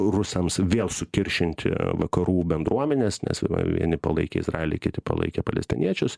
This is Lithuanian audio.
rusams vėl sukiršinti vakarų bendruomenes nes vieni palaikė izraelį kiti palaikė palestiniečius